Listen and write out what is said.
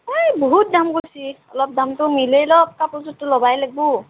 এই বহুত দাম কৈছে অলপ দামটো মিলাই লওক কাপোৰযোৰটো ল'বই লাগিব